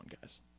guys